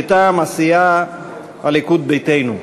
מטעם הסיעה הליכוד ביתנו.